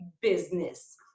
business